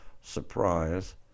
surprise